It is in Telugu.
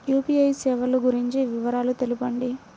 యూ.పీ.ఐ సేవలు గురించి వివరాలు తెలుపండి?